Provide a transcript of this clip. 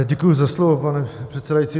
Děkuji za slovo, pane předsedající.